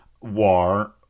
War